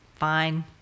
fine